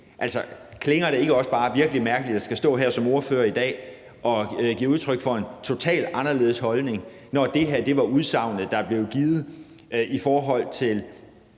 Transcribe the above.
igen: Klinger det ikke bare virkelig mærkeligt at skulle stå her som ordfører i dag og give udtryk for en totalt anderledes holdning, når det her var det udsagn, der blev givet i forhold til